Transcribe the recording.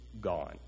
gone